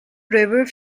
river